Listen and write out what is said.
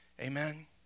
Amen